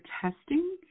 testing